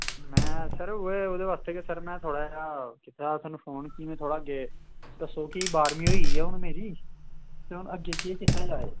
में सर ओह्दे बास्ते गै सर थोह्ड़ा जेहा कीते दा हा तुआनूं फोन केह् में दस्सो के बाह्रमीं होई गेई ऐ हून मेरी ते हून अग्गें केह् कीता जाऽ